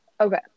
Okay